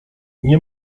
nie